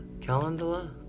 calendula